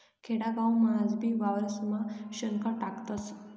खेडागावमा आजबी वावरेस्मा शेणखत टाकतस